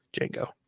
Django